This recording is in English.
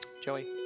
Joey